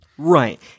Right